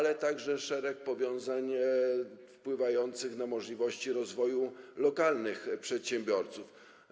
Chodzi także o szereg powiązań wpływających na możliwości rozwoju lokalnych przedsiębiorców.